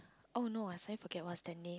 oh no I suddenly forget what's that name